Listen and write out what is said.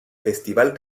festival